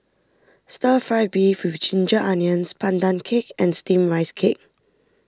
Stir Fry Beef with Ginger Onions Pandan Cake and Steamed Rice Cake